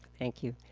thank you.